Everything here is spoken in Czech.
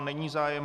Není zájem.